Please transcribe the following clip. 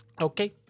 Okay